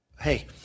hey